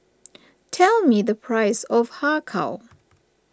tell me the price of Har Kow